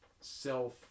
self